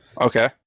Okay